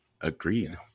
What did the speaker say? Agreed